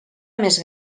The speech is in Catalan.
més